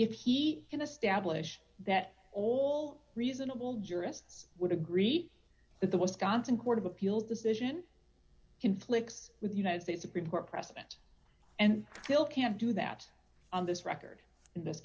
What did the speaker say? if he can establish that all reasonable jurists would agree that the wisconsin court of appeals decision conflicts with the united states supreme court precedent and still can't do that on this record in this